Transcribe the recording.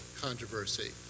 controversy